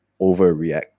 overreact